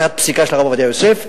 לקחת פסיקה של הרב עובדיה יוסף,